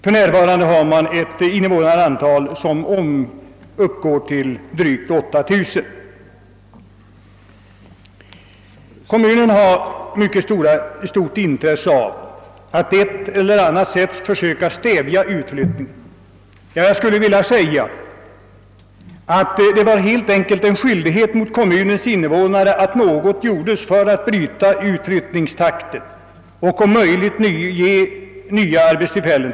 För närvarande uppgår invånarantalet till drygt 8 000 personer. Kommunen har ett mycket stort intresse av att på ett eller annat sätt försöka stävja utflyttningen — ja, jag vill påstå att det helt enkelt var en skyldighet mot kommunens invånare att något gjordes för att minska utflyttningstakten och om möjligt skapa nya arbetstillfällen.